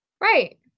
Right